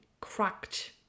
cracked